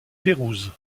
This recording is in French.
pérouse